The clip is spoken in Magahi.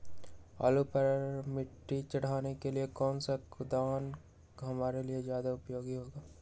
आलू पर मिट्टी चढ़ाने के लिए कौन सा कुदाल हमारे लिए ज्यादा उपयोगी होगा?